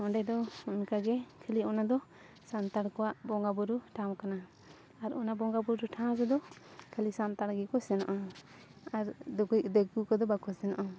ᱚᱸᱰᱮ ᱫᱚ ᱚᱱᱠᱟᱜᱮ ᱠᱷᱟᱹᱞᱤ ᱚᱱᱟᱫᱚ ᱥᱟᱱᱛᱟᱲ ᱠᱚᱣᱟᱜ ᱵᱚᱸᱜᱟ ᱵᱩᱨᱩ ᱴᱷᱟᱶ ᱠᱟᱱᱟ ᱟᱨ ᱚᱱᱟ ᱵᱚᱸᱜᱟ ᱵᱩᱨᱩ ᱴᱷᱟᱶ ᱨᱮᱫᱚ ᱠᱷᱟᱹᱞᱤ ᱥᱟᱱᱛᱟᱲ ᱜᱮᱠᱚ ᱥᱮᱱᱚᱜᱼᱟ ᱟᱨ ᱫᱤᱠᱩ ᱠᱚᱫᱚ ᱵᱟᱠᱚ ᱥᱮᱱᱚᱜᱼᱟ